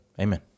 Amen